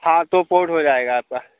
हाँ तो पोर्ट हो जाएगा आपका